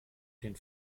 den